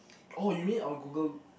oh you mean on Google